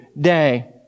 day